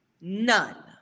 None